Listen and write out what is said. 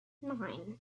nine